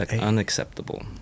unacceptable